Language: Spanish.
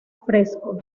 fresco